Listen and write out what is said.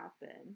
happen